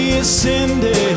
ascended